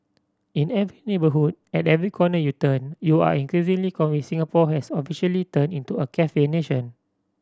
in every neighbourhood at every corner you turn you are increasingly convinced Singapore has officially turned into a cafe nation